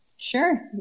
Sure